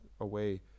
away